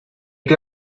que